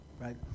right